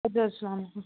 اَدٕ حظ السلام علیکُم